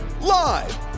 Live